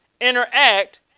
interact